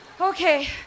Okay